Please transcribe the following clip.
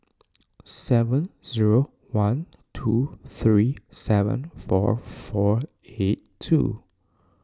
seven zero one two three seven four four eight two